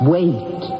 Wait